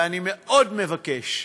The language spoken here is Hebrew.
ואני מאוד מבקש: